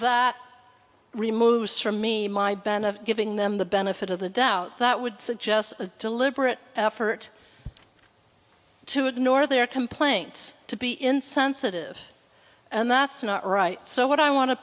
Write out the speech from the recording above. that removes from me my band of giving them the benefit of the doubt that would suggest a deliberate effort to ignore their complaints to be insensitive and that's not right so what i want to